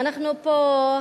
אנחנו פה,